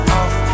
off